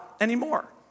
anymore